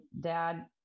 dad